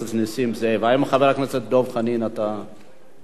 אורית זוארץ?